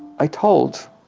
i told